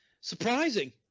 surprising